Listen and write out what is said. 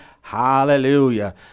Hallelujah